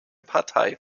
partei